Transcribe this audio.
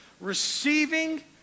receiving